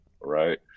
right